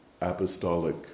apostolic